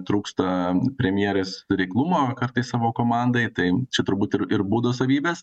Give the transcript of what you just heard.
trūksta premjerės reiklumo kartais savo komandai tai čia turbūt ir ir būdo savybeės